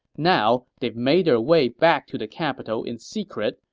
now, they've made their way back to the capital in secret,